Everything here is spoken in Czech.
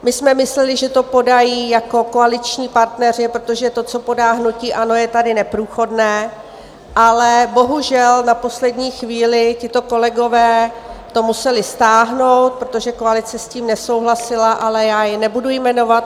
My jsme mysleli, že to podají jako koaliční partneři, protože to, co podá hnutí ANO, je tady neprůchodné, ale bohužel na poslední chvíli tito kolegové to museli stáhnout, protože koalice s tím nesouhlasila, ale já je nebudu jmenovat.